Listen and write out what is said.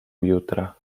jutra